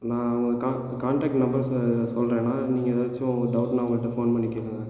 நான் அவங்க contact number சொல்கிறேன்னா நீங்கள் எதாச்சும் ஒரு டவுட்னா உங்ககிட்ட ஃபோன் பண்ணி கேளுங்கள்